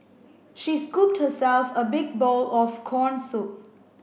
she scooped herself a big bowl of corn soup